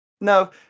No